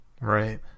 Right